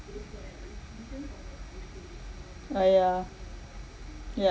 uh yeah yeah